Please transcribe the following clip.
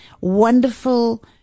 wonderful